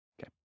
Okay